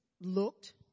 looked